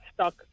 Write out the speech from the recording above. stuck